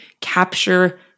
capture